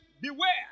beware